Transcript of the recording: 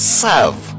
serve